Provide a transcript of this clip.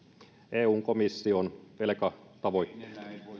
eun komission velkatavoitteet